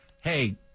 hey